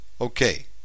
Okay